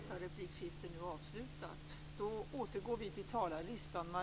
Fru talman!